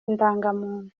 indangamuntu